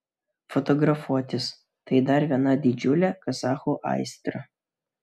fotografuotis tai dar viena didžiulė kazachų aistra